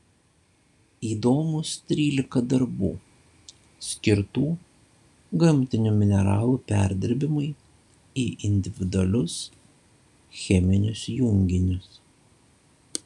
įdomūs trylika darbų skirtų gamtinių mineralų perdirbimui į individualius cheminius junginius